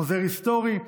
חוזר היסטורי,